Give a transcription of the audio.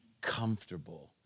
comfortable